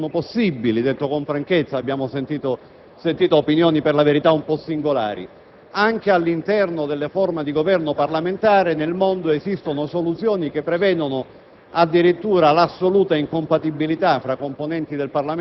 questioni molto rilevanti, tutte le soluzioni sono possibili e, detto con franchezza, abbiamo sentito opinioni, per la verità, alquanto singolari. Anche all'interno delle forme di Governo parlamentari, nel mondo, esistono soluzioni che prevedono,